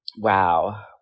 wow